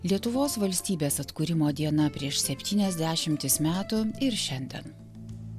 lietuvos valstybės atkūrimo diena prieš septynias dešimtis metų ir šiandien